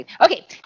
Okay